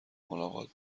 ملاقات